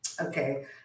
Okay